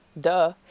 duh